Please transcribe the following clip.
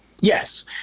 yes